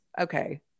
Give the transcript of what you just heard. okay